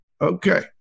Okay